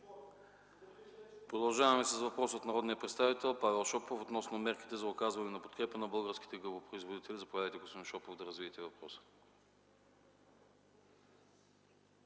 Продължаваме с въпрос от народния представител Павел Шопов относно мерките за оказване на подкрепа на българските гъбопроизводители. Господин Шопов, заповядайте да развиете въпроса.